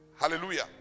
Hallelujah